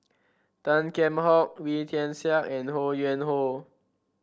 Tan Kheam Hock Wee Tian Siak and Ho Yuen Hoe